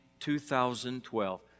2012